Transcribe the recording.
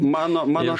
mano mano